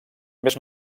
més